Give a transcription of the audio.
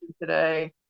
today